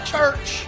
Church